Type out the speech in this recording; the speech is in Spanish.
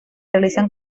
realizan